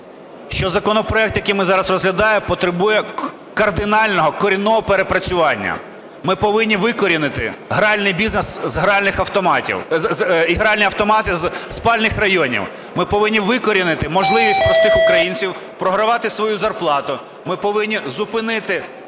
що законопроект, який ми зараз розглядаємо потребує кардинального корінного перепрацювання, ми повинні викорінити гральний бізнес, гральні автомати із спальних районів. Ми повинні викорінити можливість простих українців програвати свою зарплату, ми повинні зупинити